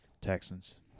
Texans